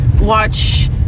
watch